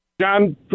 John